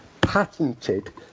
patented